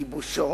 גיבושו,